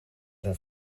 zijn